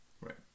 Right